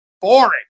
boring